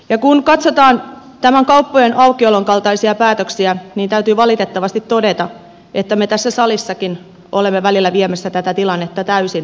ja kun katsotaan kauppojen aukiolon kaltaisia päätöksiä niin täytyy valitettavasti todeta että me tässä salissakin olemme välillä viemässä tätä tilannetta täysin nurinkuriseen suuntaan